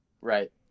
Right